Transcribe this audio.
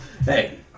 Hey